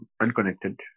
unconnected